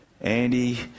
Andy